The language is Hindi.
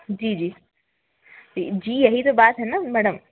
जी जी जी यही तो बात है ना मैडम